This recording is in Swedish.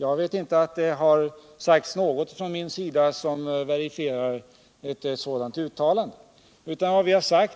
Jag vet att jag inte sagt någonting som verifierar ett sådant uttalande. Riksdagen har förklarat